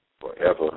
forever